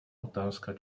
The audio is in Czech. otázka